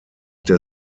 der